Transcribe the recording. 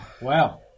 Wow